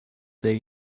day